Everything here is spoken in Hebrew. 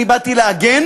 אני באתי להגן